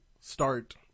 start